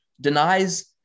denies